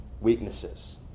weaknesses